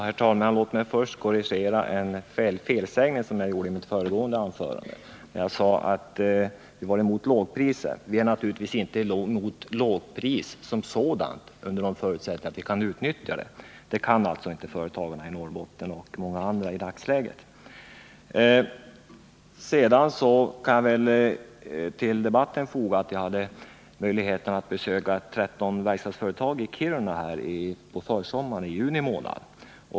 Herr talman! Låt mig först korrigera en felsägning som jag gjorde i mitt föregående anförande. Jag sade att vi var emot lågpriser, men vi är naturligtvis inte mot lågpriser som sådana — under förutsättning att man kan utnyttja dem. Det kan emellertid inte företagarna i Norrbotten och många andra i dagens läge. Sedan kan jag till debatten foga att jag hade möjlighet att besöka 13 verkstadsföretag i Kiruna i juni månad.